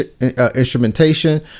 instrumentation